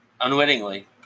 unwittingly